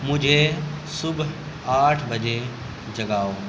مجھے صبح آٹھ بجے جگاؤ